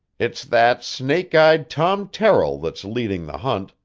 it's that snake-eyed tom terrill that's leading the hunt,